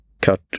cut